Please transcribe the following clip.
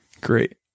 Great